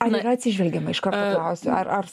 ar yra atsižvelgiama iš karto klausiu ar ar